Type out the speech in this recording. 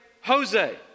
Jose